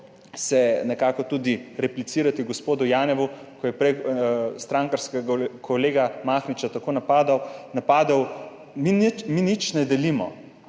nekako tudi replicirati gospodu Janevu, ko je prej strankarskega kolega Mahniča tako napadel. Mi nič ne delimo,